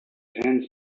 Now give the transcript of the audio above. hands